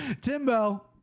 Timbo